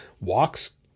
walks